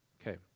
Okay